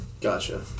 Gotcha